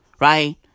right